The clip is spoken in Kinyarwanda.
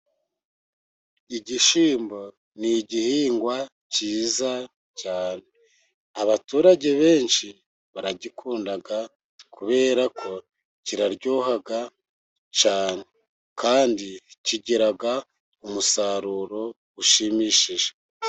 Igishyimbo ni igihingwa cyiza cyane, abaturage benshi baragikunda, kubera ko kiraryoha cyane kandi kigira umusaruro ushimishije.